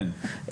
כן.